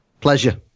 pleasure